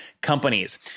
companies